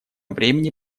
времени